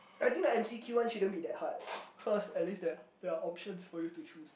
I think the M_C_Q one shouldn't be that hard cause at least there're there're options for you to choose